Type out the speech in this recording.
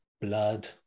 blood